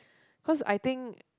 cause I think